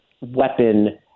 weapon